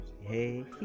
Hey